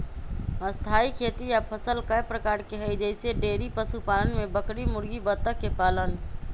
स्थाई खेती या फसल कय प्रकार के हई जईसे डेइरी पशुपालन में बकरी मुर्गी बत्तख के पालन